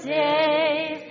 days